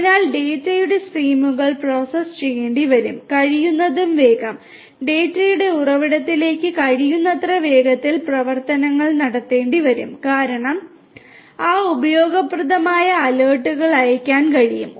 അതിനാൽ ഡാറ്റയുടെ സ്ട്രീമുകൾ പ്രോസസ്സ് ചെയ്യേണ്ടിവരും കഴിയുന്നതും വേഗം ഡാറ്റയുടെ ഉറവിടത്തിലേക്ക് കഴിയുന്നത്ര വേഗത്തിൽ പ്രവർത്തനങ്ങൾ നടത്തേണ്ടിവരും കാരണം ആ ഉപയോഗപ്രദമായ അലേർട്ടുകൾ അയയ്ക്കാൻ കഴിയും